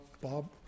Bob